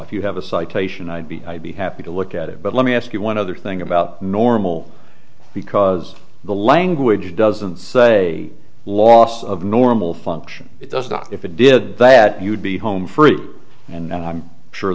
if you have a citation i'd be i'd be happy to look at it but let me ask you one other thing about normal because the language doesn't say loss of normal function it does not if it did that you would be home free and i'm sure